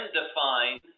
define